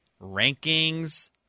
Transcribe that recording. Rankings